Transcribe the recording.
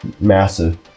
massive